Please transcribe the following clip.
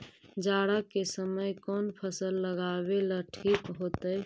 जाड़ा के समय कौन फसल लगावेला ठिक होतइ?